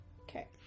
Okay